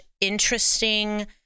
interesting